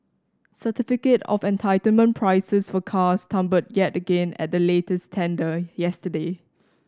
certificate of entitlement prices for cars tumbled yet again at the latest tender yesterday